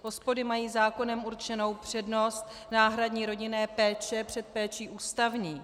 OSPODy mají zákonem určenou přednost náhradní rodinné péče před péčí ústavní.